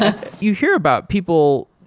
ah you hear about people,